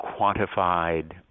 quantified